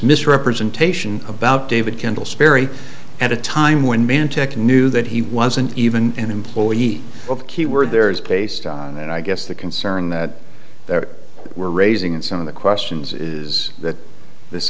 misrepresentation about david kendall sperry at a time when mantic knew that he wasn't even an employee of keyword there is based on and i guess the concern that there were raising in some of the questions is that this